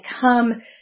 come